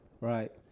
Right